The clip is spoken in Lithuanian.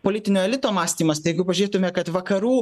politinio elito mąstymas tai jeigu pažiūrėtume kad vakarų